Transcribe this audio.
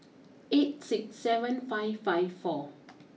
eight six seven five five four